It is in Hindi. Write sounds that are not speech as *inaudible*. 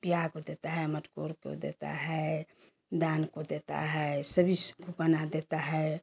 ब्याह को देता है मटकोर को देता है दान को देता है सभी *unintelligible* गाना देता है